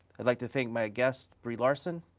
i'd like to thank my guests, brie larson.